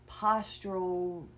postural